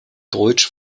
deutsch